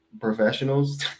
professionals